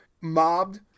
mobbed